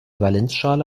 valenzschale